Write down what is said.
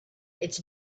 its